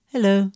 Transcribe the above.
Hello